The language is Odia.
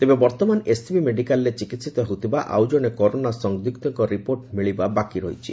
ତେବେ ବର୍ଉମାନ ଏସ୍ସିବି ମେଡିକାଲ୍ରେ ଚିକିହିତ ହେଉଥିବା ଆଉ ଜଶେ କରୋନା ସନ୍ନିଗୁଙ୍କ ରିପୋର୍ଟ ମିଳିବା ବାକି ରହିଛି